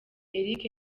eric